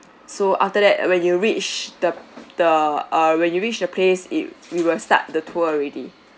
so after that when you reach the the uh when you reach the place it we will start the tour already